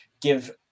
give